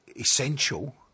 essential